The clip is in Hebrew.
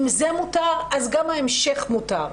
אם זה מותר אז גם ההמשך מותר.